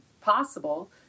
possible